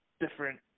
different